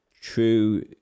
true